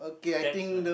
that's right